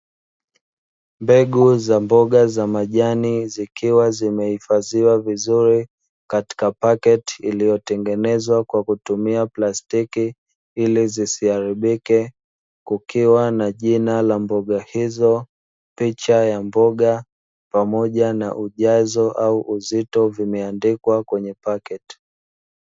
Mbegu za mboga za majani zikiwa zimehifadhiwa vizuri katika pakiti iliyotengenezwa kwa kutumia plastiki, ili zisiharibike kukiwa na jina la mboga hizo picha ya mboga pamoja na ujazo au uzito vimeandikwa kwenye pakiti.